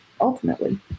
ultimately